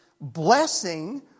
blessing